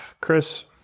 Chris